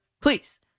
Please